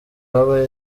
habaye